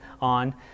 on